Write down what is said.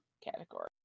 category